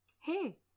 Hey